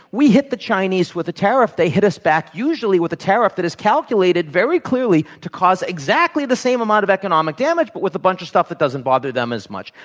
we hit the chinese with a tariff, they hit us back usually with a tariff that is calculated very clearly to cause exactly the same amount of economic damage, but with a bunch of stuff that doesn't bother them as much.